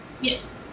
yes